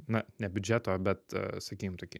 na ne biudžeto bet sakykim tokį